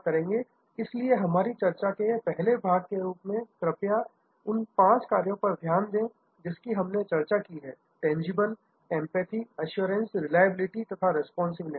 इसलिए हमारी चर्चा के पहले भाग के रूप में कृपया उन पांच कार्य पर ध्यान दें जिनकी हमने चर्चा की है टेजिबलिटी एंपैथी एश्योरेंस रिलायबिलिटी तथा रिस्पांसिंवनेस